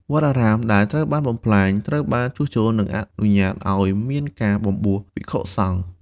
វត្តអារាមដែលត្រូវបានបំផ្លាញ ត្រូវបានជួសជុល និងអនុញ្ញាតឱ្យមានការបំបួសភិក្ខុសង្ឃ។